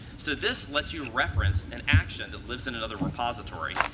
so this lets you reference an action that lives in another repository,